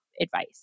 advice